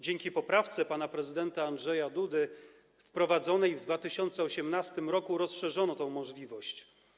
Dzięki poprawce pana prezydenta Andrzeja Dudy wprowadzonej w 2018 r. rozszerzono tę możliwość.